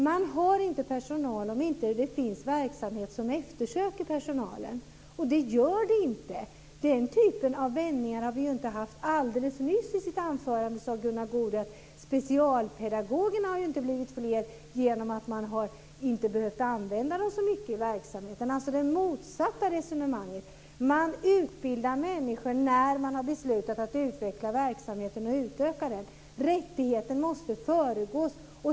Det finns inte personal om det inte finns verksamhet som eftersöker personalen. Det gör det inte. Alldeles nyss sade Gunnar Goude i sitt anförande att specialpedagogerna inte har blivit fler eftersom de inte har behövts så mycket i verksamheten. Det är alltså det motsatta resonemanget, dvs. man utbildar människor när man har beslutat att utveckla och utöka verksamheten. Rättigheten måste föregås.